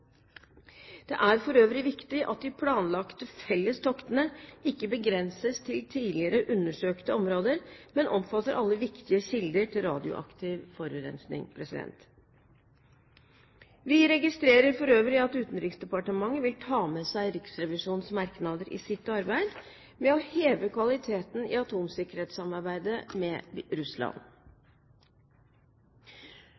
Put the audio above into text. Det er for øvrig viktig at de planlagte felles toktene ikke begrenses til tidligere undersøkte områder, men omfatter alle viktige kilder til radioaktiv forurensning. Vi registrerer for øvrig at Utenriksdepartementet vil ta med seg Riksrevisjonens merknader i sitt arbeid, ved å heve kvaliteten i atomsikkerhetssamarbeidet med Russland.